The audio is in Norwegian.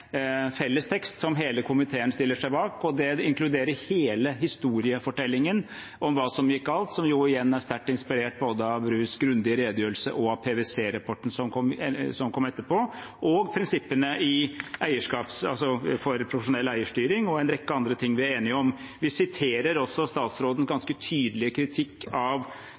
felles tekst som hele komiteen stiller seg bak. Det inkluderer hele historiefortellingen om hva som gikk galt, som igjen er sterkt inspirert både av Brus grundige redegjørelse, av PwC-rapporten som kom etterpå, og av prinsippene for profesjonell eierstyring og en rekke andre ting vi er enige om. Vi siterer også statsrådens ganske tydelige kritikk av